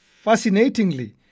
Fascinatingly